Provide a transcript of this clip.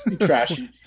Trashy